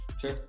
Sure